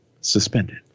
suspended